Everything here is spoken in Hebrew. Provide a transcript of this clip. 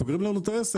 סוגרים לנו את העסק.